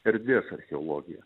erdvės archeologija